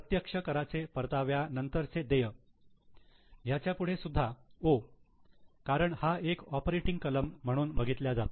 प्रत्यक्ष कराचे परताव्या नंतरचे देय याच्यापुढे सुद्धा 'O' कारण हा एक ऑपरेटिंग कलम म्हणून बघितल्या जातो